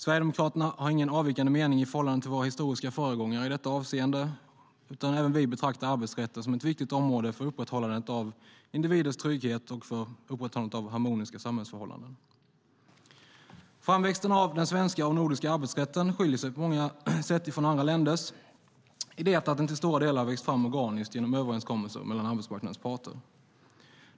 Sverigedemokraterna har ingen avvikande mening i förhållande till våra historiska föregångare i detta avseende, utan även vi betraktar arbetsrätten som ett viktigt område för upprätthållandet av individens trygghet och upprätthållandet av harmoniska samhällsförhållanden. Framväxten av den svenska och nordiska arbetsrätten skiljer sig på många sätt från andra länders i det att den till stora delar har växt fram organiskt genom överenskommelser mellan arbetsmarknadens parter.